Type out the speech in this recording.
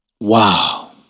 Wow